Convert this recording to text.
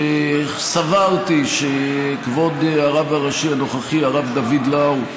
סברתי שכבוד הרב הראשי הנוכחי, הרב דוד לאו,